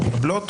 מתקבלות